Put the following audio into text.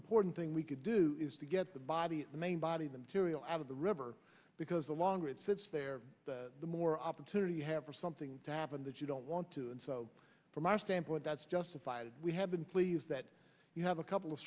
important thing we could do is to get the body of the main body them tiriel out of the river because the longer it sits there the more opportunity you have for something to happen that you don't want to and so from our standpoint that's justified we have been pleased that you have a couple of